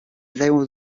zajął